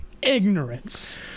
Ignorance